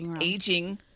aging